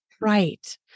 Right